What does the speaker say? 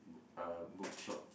book uh book shop